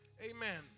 Amen